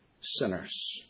sinners